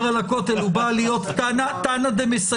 על הכותל והוא בא להיות תנא דמסייע.